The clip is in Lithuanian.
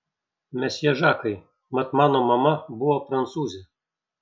mesjė žakai mat mano mama buvo prancūzė